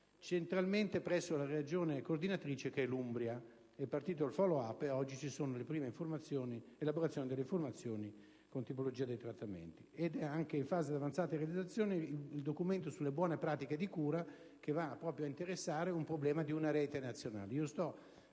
centralmente presso la Regione coordinatrice, che è l'Umbria. È partito il *follow-up*, e oggi ci sono le prime elaborazioni delle informazioni sulla tipologia dei trattamenti. È anche in fase di avanzata realizzazione il documento sulle buone pratiche di cura che va proprio ad interessare un problema di una rete nazionale. È allo